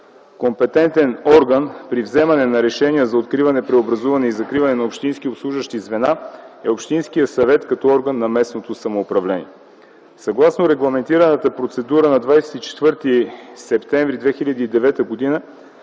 Компетентен орган при вземане на решение за откриване, преобразуване и закриване на общински обслужващи звена е Общинският съвет като орган на местното самоуправление. Съгласно регламентираната процедура на 24 септември 2009 г.